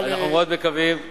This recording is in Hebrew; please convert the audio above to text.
אנחנו מאוד מקווים,